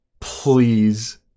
please